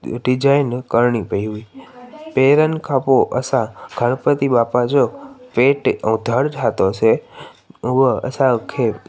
design करणी पेई हुई पेरनि खां पोइ असां गणपती बापा जो पेटु ऐं धड़ु ठाहियोसीं उहा असांजो खे